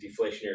deflationary